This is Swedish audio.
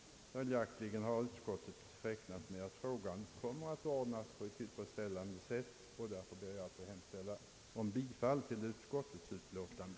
Följaktligen har utskottet räknat med att denna fråga kommer att ordnas på ett tillfredsställande sätt, och därför ber jag, herr talman, att få hemställa om bifall till utskottets utlåtande.